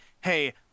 Hey